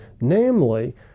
namely